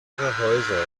häuser